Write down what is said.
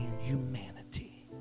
humanity